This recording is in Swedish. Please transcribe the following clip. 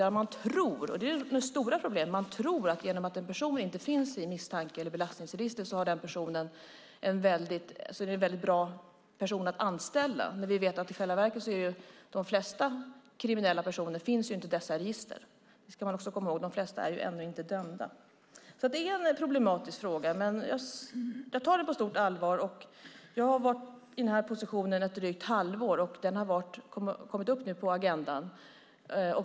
Det stora problemet är nämligen att man tror att eftersom en person inte finns i misstanke eller belastningsregistret är det en bra person att anställa. Samtidigt vet vi att de flesta kriminella personer i själva verket inte finns i dessa register. Det ska man också komma ihåg, alltså att de flesta inte är dömda. Det är en problematisk fråga och jag tar den på stort allvar. Jag har varit i den här positionen ett drygt halvår, och frågan har kommit upp på agendan.